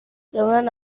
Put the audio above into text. dengan